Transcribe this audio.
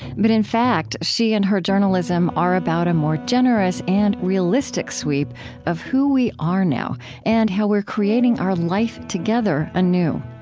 but in fact, she and her journalism are about a more generous and realistic sweep of who we are now and how we're creating our life together anew.